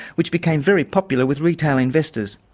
which became very popular with retail investors.